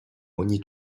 ogni